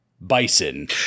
bison